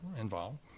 involved